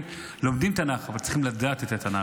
שלומדים תנ"ך אבל צריכים לדעת את התנ"ך.